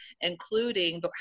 including